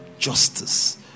justice